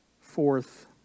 Fourth